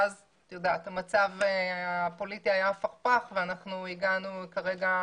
ואז המצב הפוליטי היה הפכפך ואנחנו הגענו כרגע